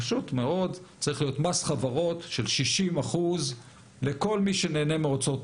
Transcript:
פשוט מאוד צריך להיות מס חברות של 60% לכל מי שנהנה מאוצרות